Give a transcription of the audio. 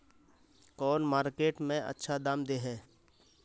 कौन मार्केट में अच्छा दाम दे है?